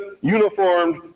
uniformed